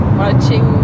watching